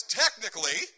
technically